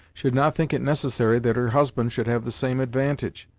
should not think it necessary that her husband should have the same advantage,